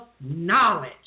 knowledge